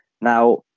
Now